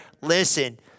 listen